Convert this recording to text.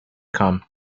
come